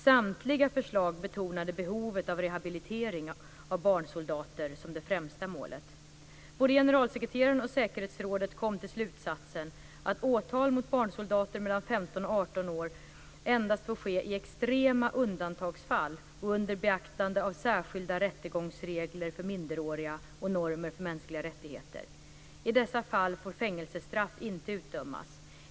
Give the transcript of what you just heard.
Samtliga förslag betonade behovet av rehabilitering av barnsoldater som det främsta målet. Både generalsekreteraren och säkerhetsrådet kom till slutsatsen att åtal mot barnsoldater mellan 15 och 18 år endast får ske i extrema undantagsfall och under beaktande av särskilda rättegångsregler för minderåriga och normer för mänskliga rättigheter. I dessa fall får fängelsestraff inte utdömas.